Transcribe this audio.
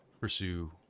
pursue